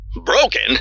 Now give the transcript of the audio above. Broken